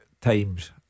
times